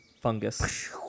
fungus